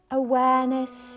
awareness